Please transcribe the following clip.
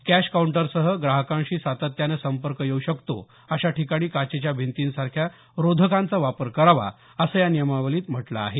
cash काऊंटरसह ग्राहकांशी सातत्यानं संपर्क येऊ शकतो अशा ठिकाणी काचेच्या भिंतीसारख्या रोधकांचा वापर करावा असं या नियमावलीत म्हटलं आहे